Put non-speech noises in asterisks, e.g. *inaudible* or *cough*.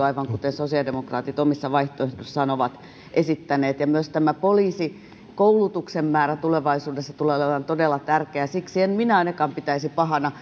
*unintelligible* aivan kuten sosiaalidemokraatit omissa vaihtoehdoissaan ovat esittäneet ja myös tämä poliisikoulutuksen määrä tulevaisuudessa tulee olemaan todella tärkeä siksi ainakaan minä en pitäisi pahana *unintelligible*